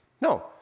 No